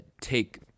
take